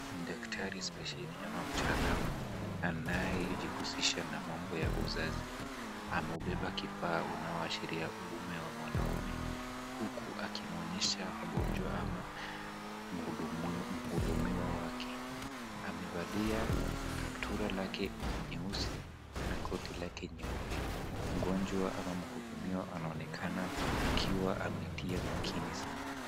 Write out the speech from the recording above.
Daktari speseli ama mtaalamu anayejihusisha na mambo ya uzazi ameubeba kifaa unaoashiria uume wa mwanaume huku akimwonyesha mgonjwa ama mhudumiwa wake. Amevalia kaptura lake nyeusi na koti lake nyeupe. Mgonjwa ama mhudumiwa anaonekana akiwa ameitia makini sana.